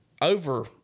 over